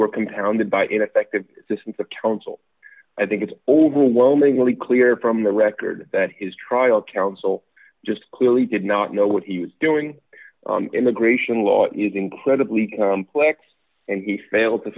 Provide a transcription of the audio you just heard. were compounded by ineffective assistance of counsel i think it's overwhelmingly clear from the record that his trial counsel just clearly did not know what he was doing immigration law is incredibly complex and he failed to